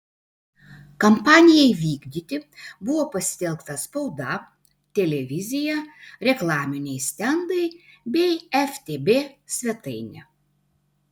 kampanijai vykdyti buvo pasitelkta spauda televizija reklaminiai stendai bei ftb svetainė